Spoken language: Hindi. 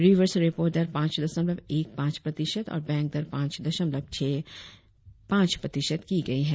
रिवर्स रेपो दर पांच दशमलव एक पाच प्रतिशत और बैंक दर पांच दशमलव छह पांच प्रतिशत की गई है